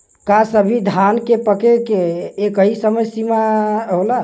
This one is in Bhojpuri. का सभी धान के पके के एकही समय सीमा होला?